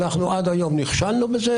עד היום אנחנו נכשלנו בזה,